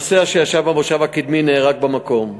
הנוסע שישב במושב הקדמי נהרג במקום,